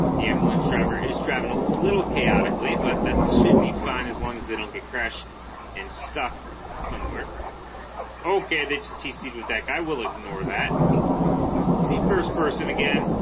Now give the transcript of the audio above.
the ambulance driver is driving a little chaotically but that should be fine as long as they don't get crashed and stuck somewhere okay they just tc with that guy we'll ignore that c first person again